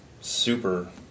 super